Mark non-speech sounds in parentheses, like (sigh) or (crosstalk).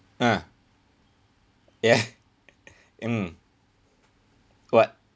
ah ya (laughs) mm what